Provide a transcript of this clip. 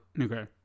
Okay